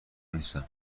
نیستم